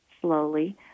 slowly